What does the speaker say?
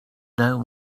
know